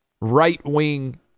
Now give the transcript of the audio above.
right-wing